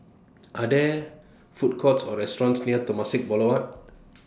Are There Food Courts Or restaurants near Temasek Boulevard